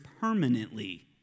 permanently